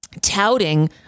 touting